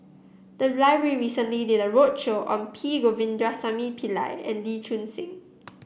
the library recently did a roadshow on P Govindasamy Pillai and Lee Choon Seng